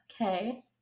okay